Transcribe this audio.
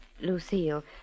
Lucille